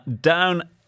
down